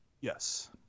Yes